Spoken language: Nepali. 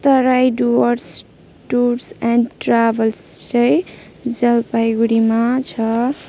Terai Dooars tours and travels चाहिँ जलपाइगुडीमा छ